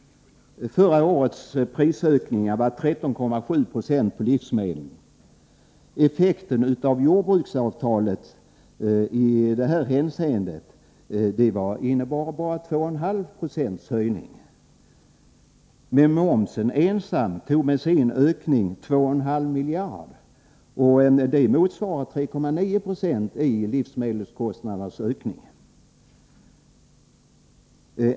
Förra årets prisökningar på livsmedel var 13,7 90. Effekten av jordbruksavtalet i detta hänseende var en höjning på bara 2,5 96. Momsökningen ensam tog 2,5 miljarder. Det motsvarar 3,9 20 i höjning av livsmedelskostnaderna.